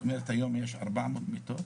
זאת אומרת היום יש ארבע מאות מיטות,